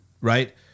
Right